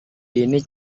ini